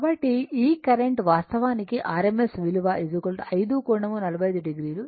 కాబట్టి ఈ కరెంట్ వాస్తవానికి rms విలువ 5 కోణం 45 o